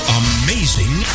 amazing